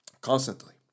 Constantly